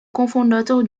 cofondateur